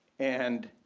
and